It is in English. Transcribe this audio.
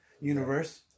universe